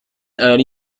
early